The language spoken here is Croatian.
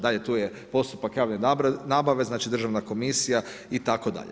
Dalje tu je postupak javne nabave, znači državna komisija itd.